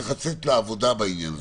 צריך לצאת לעבודה בעניין הזה.